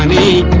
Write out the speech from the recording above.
and a